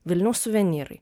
vilniaus suvenyrai